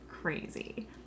crazy